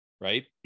right